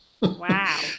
wow